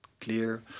clear